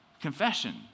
confession